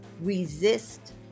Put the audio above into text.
resist